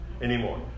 anymore